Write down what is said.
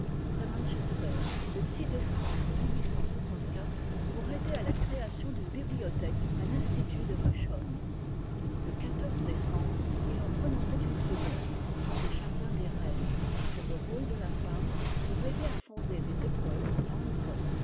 près manchester le décembre pour aider à la création d'une bibliothèque à l'institut de rusholme le i décembre il en prononçait une seconde des jardins des reines sur le rôle de la femme pour aider à fonder des écoles